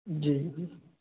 जी जी